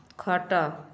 ଖଟ